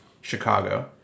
Chicago